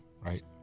right